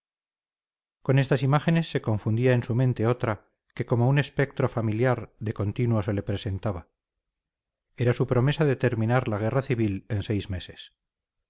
con estas imágenes se confundía en su mente otra que como un espectro familiar de continuo se le presentaba era su promesa de terminar la guerra civil en seis meses